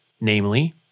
Namely